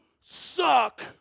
suck